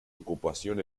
ocupación